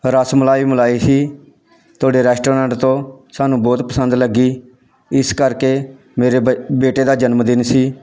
ਰਸ ਮਲਾਈ ਮਲਾਈ ਸੀ ਤੁਹਾਡੇ ਰੈਸਟੋਰੈਂਟ ਤੋਂ ਸਾਨੂੰ ਬਹੁਤ ਪਸੰਦ ਲੱਗੀ ਇਸ ਕਰਕੇ ਮੇਰੇ ਬੇ ਬੇਟੇ ਦਾ ਜਨਮਦਿਨ ਸੀ